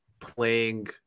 playing